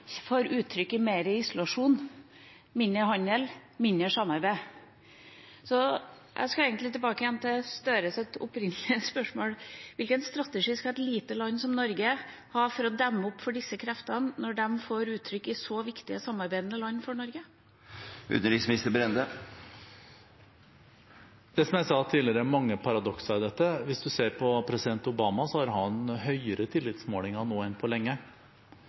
mer isolasjon, mindre handel og mindre samarbeid. Jeg skal egentlig tilbake til Gahr Støres opprinnelige spørsmål: Hvilken strategi skal et lite land som Norge ha for å demme opp for disse kreftene når de får uttrykk i land som er så viktige samarbeidsland for Norge? Det er, som jeg sa tidligere, mange paradokser i dette. Hvis du ser på president Obama, skårer han høyere på tillitsmålingene nå enn på lenge.